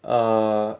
uh